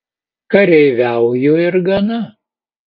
kareiviauju ir gana